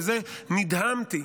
נדהמתי